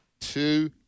Two